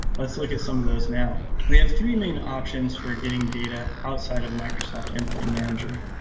let's look at some of those now. we have three main options for getting data outside of microsoft endpoint manager.